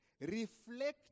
Reflect